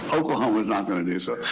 oklahoma is not going to do so.